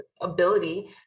ability